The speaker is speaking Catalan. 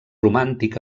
romàntic